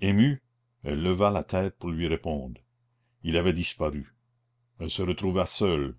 elle leva la tête pour lui répondre il avait disparu elle se retrouva seule